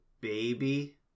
baby